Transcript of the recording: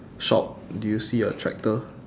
shop do you see a tractor